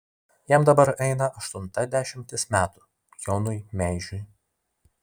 jam dabar eina aštunta dešimtis metų jonui meižiui